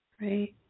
right